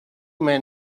men